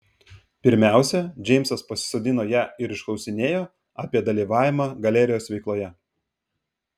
pirmiausia džeimsas pasisodino ją ir išklausinėjo apie dalyvavimą galerijos veikloje